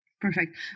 Perfect